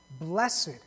Blessed